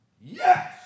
Yes